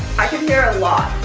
i can hear a lot.